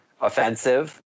offensive